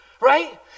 right